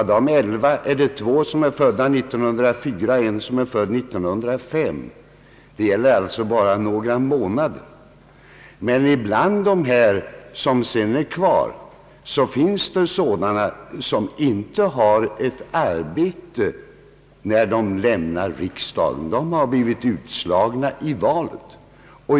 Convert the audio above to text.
Av dem är två födda 1904 och en 1905; det gäller alltså bara en pension några månader. Bland dem som sedan är kvar finns det sådana, som inte har ett arbete när de lämnar riksdagen om de har blivit utslagna i valet.